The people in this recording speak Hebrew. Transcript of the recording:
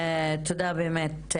תודה באמת,